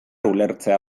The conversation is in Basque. ulertzea